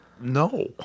No